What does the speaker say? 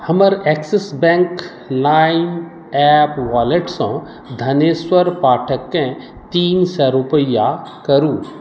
हमर Axis bank लाइम app वॉलेटसँ धनेश्वर पाठककेँ तीन सए रूपैआ करू